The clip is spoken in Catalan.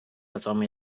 retomb